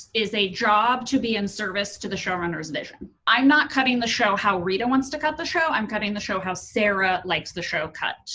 is a job to be in service to the showrunner's vision. i'm not cutting the show how rita wants to cut the show, i'm cutting the show how sara likes the show cut.